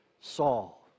Saul